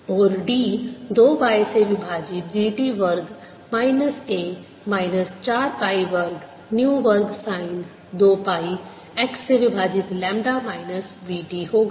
और d 2 y से विभाजित d t वर्ग माइनस A माइनस 4 पाई वर्ग न्यू वर्ग साइन 2 पाई x से विभाजित लैम्ब्डा माइनस v t होगा